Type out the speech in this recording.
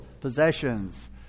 possessions